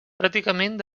pràcticament